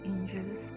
Angels